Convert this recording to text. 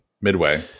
Midway